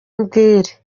umbwire